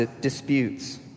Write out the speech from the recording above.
disputes